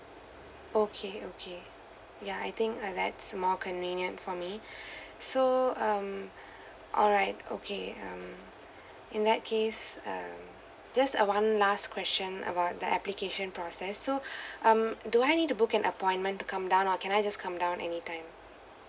okay okay ya I think that's more convenient for me so um alright okay um in that case um just a one last question about the application process so um do I need to book an appointment to come down or can I just come down anytime